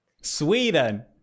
Sweden